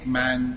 man